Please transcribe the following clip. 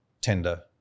tender